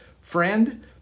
friend